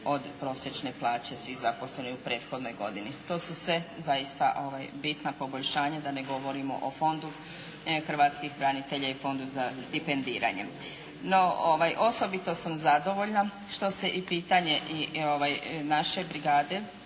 od prosječne plaće svih zaposlenih u prethodnoj godini, to su sve zaista bitna poboljšanja da ne govorimo o Fondu hrvatskih branitelja i Fondu za stipendiranje. Osobito sam zadovoljna što se pitanje naše brigada